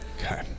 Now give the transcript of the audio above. Okay